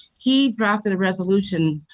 he drafted a resolution